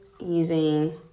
using